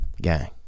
Gang